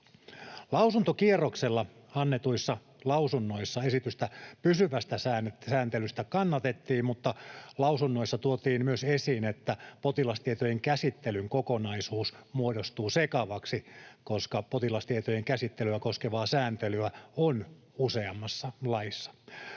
Lausuntokierroksella annetuissa lausunnoissa esitystä pysyvästä sääntelystä kannatettiin, mutta lausunnoissa tuotiin myös esiin, että potilastietojen käsittelyn kokonaisuus muodostuu sekavaksi, koska potilastietojen käsittelyä koskevaa sääntelyä on useammassa laissa.